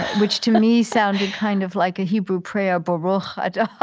which, to me, sounded kind of like a hebrew prayer, baruch atah.